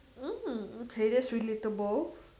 mm okay that's relatable